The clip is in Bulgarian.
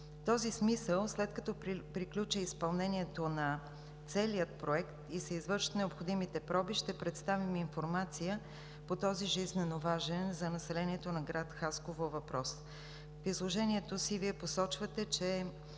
този смисъл, след като приключи изпълнението на целия проект и се извършат необходимите проби, ще представим информация по този жизненоважен за населението на град Хасково въпрос. В изложението си Вие посочвате, че